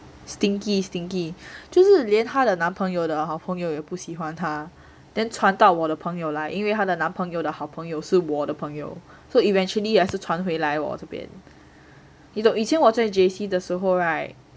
stinky stinky 就是连她的男朋友的好朋友也不喜欢他 then 传到我的朋友啦因为她的男朋友的好朋友是我的朋友 so eventually 还是传回来我这边你懂以前我在 J_C 的时候 [right]